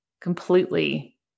completely